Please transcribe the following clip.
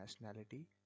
nationality